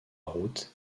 route